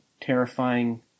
terrifying